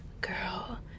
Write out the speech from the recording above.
girl